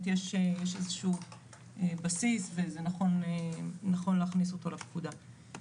יש איזה שהוא בסיס וזה נכון להכניס אותו לפקודה.